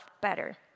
better